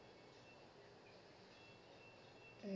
mm